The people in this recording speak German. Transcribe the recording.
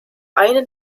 eine